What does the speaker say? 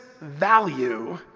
value